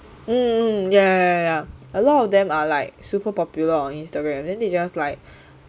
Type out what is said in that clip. um yeah a lot of them are like super popular on Instagram then they just like